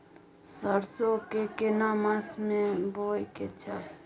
सरसो के केना मास में बोय के चाही?